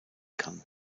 kann